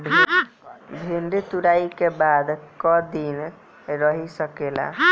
भिन्डी तुड़ायी के बाद क दिन रही सकेला?